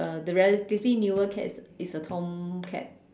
uh the relatively newer cat is a tomcat